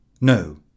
No